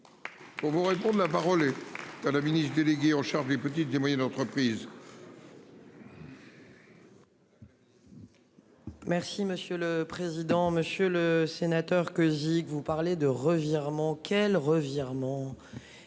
Pour vous répondent, la parole est à la ministre déléguée en charge des petites et moyennes entreprises. Merci monsieur le président, Monsieur le Sénateur. Czig vous parler de revirement quel revirement.